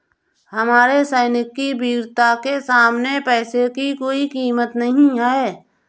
हमारे सैनिक की वीरता के सामने पैसे की कोई कीमत नही है